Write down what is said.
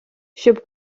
щоб